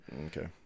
Okay